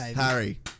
Harry